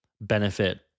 benefit